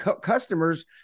customers